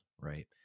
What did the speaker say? right